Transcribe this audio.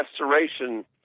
restoration